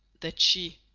that she,